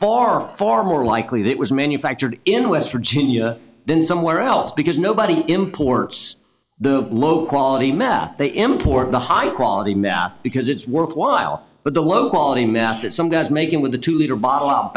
far far more likely that it was manufactured in west virginia then somewhere else because nobody imports the low quality meth they import the high quality men because it's worthwhile but the low quality meth that some guys making with the two liter bottle